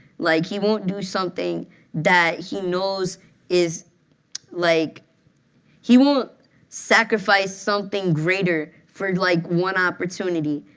like he won't do something that he knows is like he won't sacrifice something greater for, like, one opportunity.